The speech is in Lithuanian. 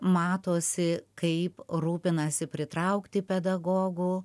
matosi kaip rūpinasi pritraukti pedagogų